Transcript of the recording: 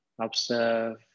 Observe